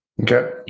Okay